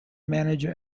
manager